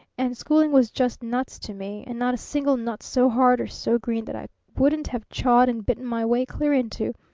and schooling was just nuts to me, and not a single nut so hard or so green that i wouldn't have chawed and bitten my way clear into